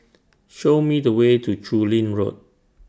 Show Me The Way to Chu Lin Road